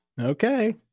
Okay